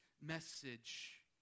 message